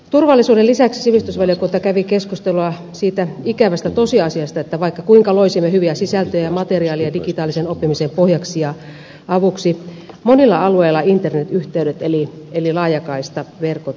turvallisuuden lisäksi sivistysvaliokunta kävi keskustelua siitä ikävästä tosiasiasta että vaikka kuinka loisimme hyviä sisältöjä ja materiaalia digitaalisen oppimisen pohjaksi ja avuksi monilla alueilla internet yhteydet eli laajakaistaverkot eivät toteudu